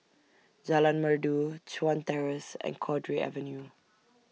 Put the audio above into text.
Jalan Merdu Chuan Terrace and Cowdray Avenue